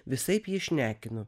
visaip jį šnekinu